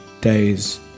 days